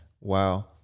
Wow